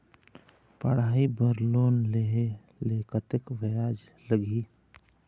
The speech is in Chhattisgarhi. पढ़ई बर लोन लेहे ले कतक ब्याज लगही?